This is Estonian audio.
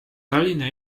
tallinna